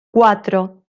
cuatro